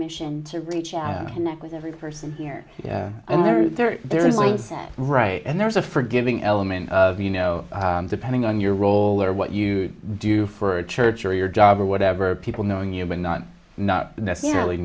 mission to reach out and connect with every person here and there is there there is like that right and there's a forgiving element of you know depending on your role or what you do for a church or your job or whatever people knowing you're not not necessarily